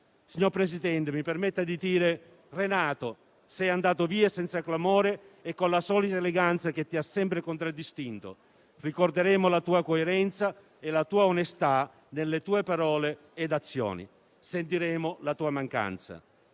Signor Presidente, mi permetta di dire questo: Renato, sei andato via senza clamore e con la solita eleganza che ti ha sempre contraddistinto. Ricorderemo la tua coerenza e la tua onestà nelle tue parole e azioni. Sentiremo la tua mancanza.